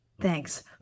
Thanks